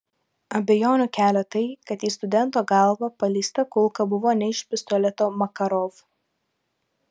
abejonių kelia tai kad į studento galvą paleista kulka buvo ne iš pistoleto makarov